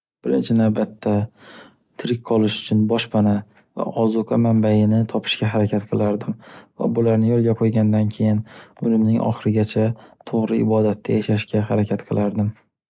Birinchi navbatda tirik qolish uchun boshpana va ozuqa manbaiini topishga harakat qilardim. Va bularni yo’lga qo’ygandan keyin umrimning oxirigacha to’g’ri ibodatda yashashga harakat qilardim.